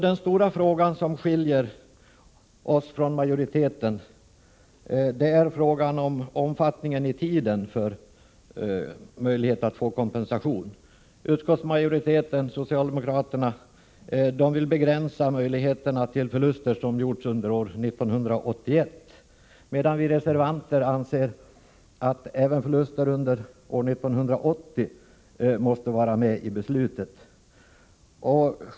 Den stora frågan som skiljer oss från majoriteten är frågan om omfattningen i tiden för möjligheten att få kompensation. Utskottsmajoriteten — socialdemokraterna — vill begränsa möjligheterna till förluster som gjorts under år 1981, medan vi reservanter anser att även förluster under år 1980 måste vara med i beslutet.